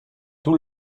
tout